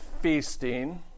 feasting